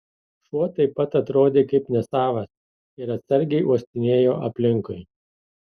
šuo taip pat atrodė kaip nesavas ir atsargiai uostinėjo aplinkui